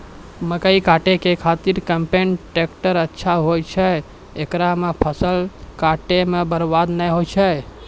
मकई काटै के खातिर कम्पेन टेकटर अच्छा होय छै ऐकरा से फसल काटै मे बरवाद नैय होय छै?